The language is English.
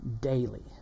daily